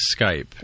skype